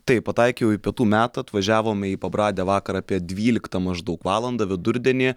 taip pataikiau į pietų metą atvažiavome į pabradę vakar apie dvyliktą maždaug valandą vidurdienį